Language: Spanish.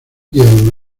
and